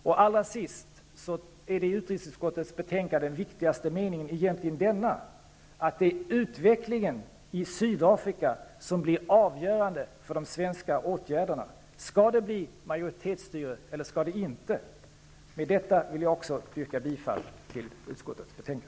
Den viktigaste meningen i utrikesutskottets betänkande är egentligen denna: Det är utvecklingen i Sydafrika som blir avgörande för de svenska åtgärderna -- skall det bli majoritetsstyre eller inte? Med detta vill också jag yrka bifall till utskottets hemställan.